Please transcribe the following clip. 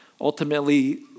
Ultimately